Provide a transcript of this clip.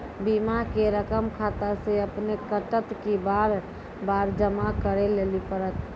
बीमा के रकम खाता से अपने कटत कि बार बार जमा करे लेली पड़त?